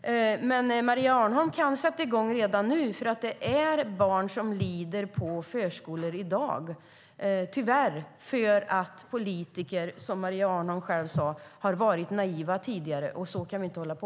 Men Maria Arnholm kan sätta i gång redan nu, för det är tyvärr barn som lider på förskolor i dag för att politiker, som Maria Arnholm själv sade, har varit naiva tidigare. Så kan vi inte hålla på.